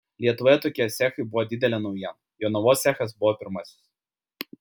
lietuvoje tokie cechai buvo didelė naujiena jonavos cechas buvo pirmasis